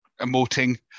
emoting